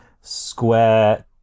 square